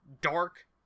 dark